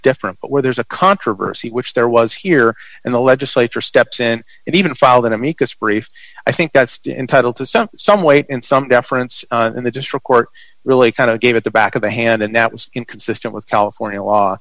different but where there's a controversy which there was here and the legislature steps and even filed an amicus brief i think that's to entitle to sound some weight and some deference in the district court really kind of gave it the back of the hand and that was inconsistent with california law